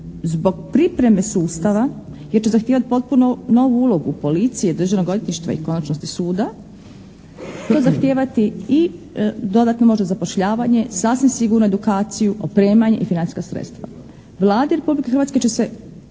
zbog pripreme sustava jer će zahtijevati potpuno novu ulogu policije, Državnog odvjetništva i u konačnosti suda to zahtijevati i dodatno možda zapošljavanja, sasvim sigurno edukaciju, opremanje i financijska sredstva. Vladi Republike Hrvatske će se